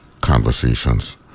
conversations